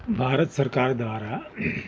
ભારત સરકાર દ્વારા